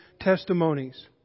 testimonies